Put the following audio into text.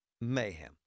mayhem